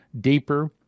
deeper